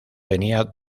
tenía